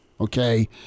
Okay